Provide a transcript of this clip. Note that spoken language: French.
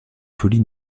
folie